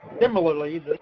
Similarly